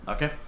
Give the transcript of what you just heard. Okay